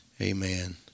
Amen